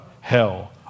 hell